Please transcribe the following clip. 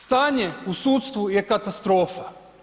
Stanje u sudstvu je katastrofa.